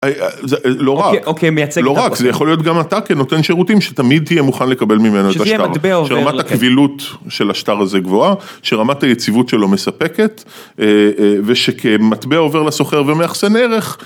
לא רק, זה יכול להיות גם אתה כנותן שירותים שתמיד תהיה מוכן לקבל ממנה את השטר, שרמת הקבילות של השטר הזה גבוהה, שרמת היציבות שלו מספקת, ושכמטבע עובר לסוחר ומאכסן ערך